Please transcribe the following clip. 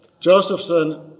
Josephson